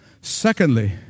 Secondly